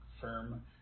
firm